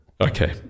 Okay